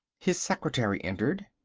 his secretary entered.